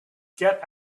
get